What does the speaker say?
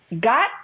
got